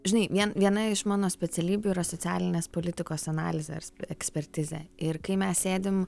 žinai vien viena iš mano specialybių yra socialinės politikos analizė ekspertizė ir kai mes sėdim